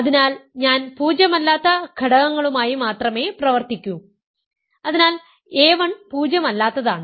അതിനാൽ ഞാൻ പൂജ്യമല്ലാത്ത ഘടകങ്ങളുമായി മാത്രമേ പ്രവർത്തിക്കൂ അതിനാൽ a1 പൂജ്യമല്ലാത്തതാണ്